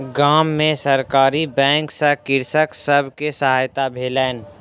गाम में सरकारी बैंक सॅ कृषक सब के सहायता भेलैन